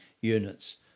units